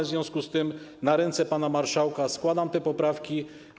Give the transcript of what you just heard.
W związku z tym na ręce pana marszałka składam poprawki.